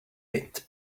bit